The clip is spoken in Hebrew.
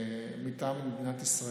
מטעם מדינת ישראל.